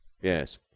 Yes